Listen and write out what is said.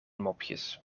mopjes